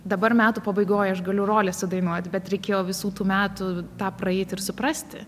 dabar metų pabaigoj aš galiu rolėse dainuot bet reikėjo visų tų metų tą praeiti ir suprasti